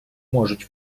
можуть